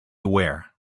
aware